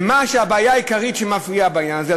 מה הבעיה העיקרית שמפריעה בעניין הזה,